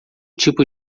tipo